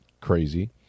crazy –